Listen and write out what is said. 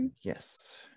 Yes